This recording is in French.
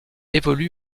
évolue